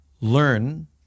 learn